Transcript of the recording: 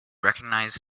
recognize